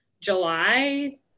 July